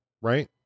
right